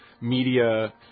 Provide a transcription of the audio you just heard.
media